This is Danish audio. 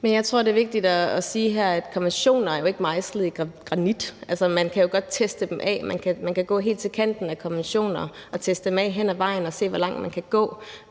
Men jeg tror, det er vigtigt at sige her, at konventioner jo ikke er mejslet i granit. Man kan jo godt teste dem af, og man kan gå helt til kanten af konventioner og teste dem af hen ad vejen og se, hvor langt man kan gå.